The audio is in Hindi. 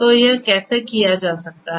तो यह कैसे किया जा सकता है